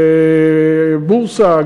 בורסה,